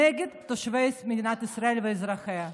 נגד תושבי מדינת ישראל ואזרחיה,